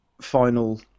final